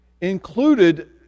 included